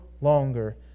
longer